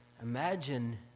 Imagine